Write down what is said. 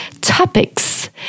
topics